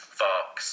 fox